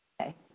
Okay